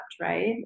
right